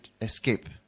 escape